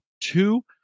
Two